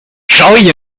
joy